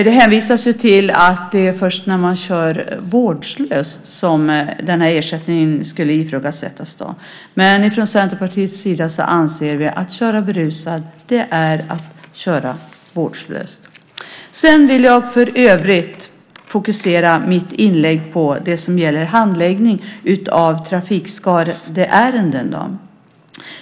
Det hänvisas till att det är först när man kör vårdslöst som den här ersättningen skulle ifrågasättas. Men från Centerpartiets sida anser vi att köra berusad är att köra vårdslöst. Jag vill för övrigt fokusera mitt inlägg på det som gäller handläggning av trafikskadeärenden.